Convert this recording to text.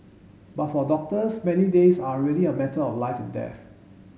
but for doctors many days are really a matter of life and death